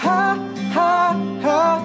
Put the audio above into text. Ha-ha-ha